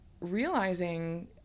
realizing